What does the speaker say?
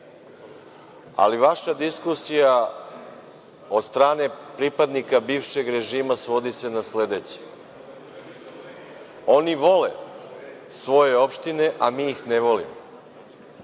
Vaša diskusija, od strane pripadnika bivšeg režima, svodi se na sledeće. Oni vole svoje opštine, a mi ih ne volimo.